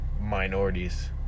minorities